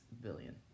billion